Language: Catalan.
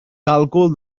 càlcul